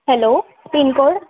hello PIN code